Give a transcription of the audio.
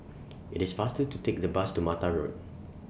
IT IS faster to Take The Bus to Mata Road